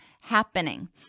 happening